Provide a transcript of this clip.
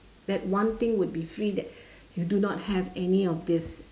that one thing would be free that you do not have any of these